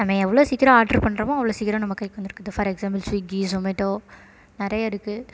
நம்ம எவ்வளோ சீக்கிரம் ஆர்ட்ரு பண்ணுறோமோ அவ்வளோ சீக்கிரம் நம்ம கைக்கு வந்துருக்குது ஃபார் எக்ஸாம்பிள் ஸ்விக்கி ஸொமேட்டோ நிறைய இருக்குது